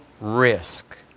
risk